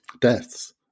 deaths